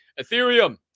Ethereum